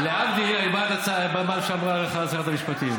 להבדיל, אני בעד מה שאמרה לך שרת המשפטים.